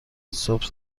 صبح